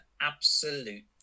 absolute